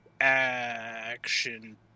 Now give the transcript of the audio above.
action